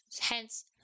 Hence